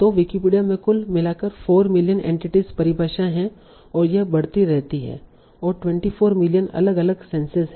तो विकिपीडिया में कुल मिलाकर 4 मिलियन एंटिटी परिभाषाएँ हैं और यह बढ़ती रहती है और 24 मिलियन अलग अलग सेंसेस हैं